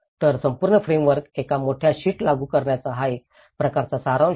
तर संपूर्ण फ्रेमवर्क एका मोठ्या शीट लागू करण्याचा हा एक प्रकारचा सारांश आहे